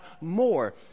more